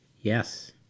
yes